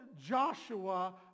Joshua